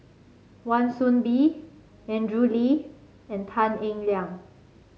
Wan Soon Bee Andrew Lee and Tan Eng Liang